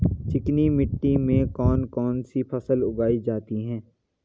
चिकनी मिट्टी में कौन कौन सी फसल उगाई जाती है?